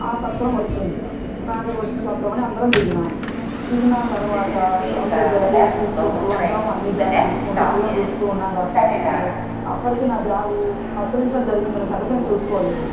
ఆ సత్రం వచ్చింది రానే వచ్చింది సత్రం అని అందరం దిగినాం దిగిన తర్వాత అందరి లగేజ్ తీసుకుంటూ అందరం అన్ని బ్యాగులు దింపుకుంటూ పిల్లలని చూస్తూ ఉన్నాం కాబట్టి అప్పటికే నా బ్యాగు కత్తిరించడం జరిగిందనే సంగతి నేను చూసుకోలేదు